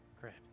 Crap